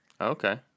okay